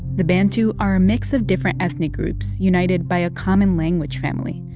the bantu are a mix of different ethnic groups united by a common language family.